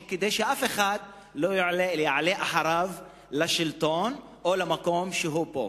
כדי שאף אחד לא יעלה אחריו לשלטון או למקום שהוא בו.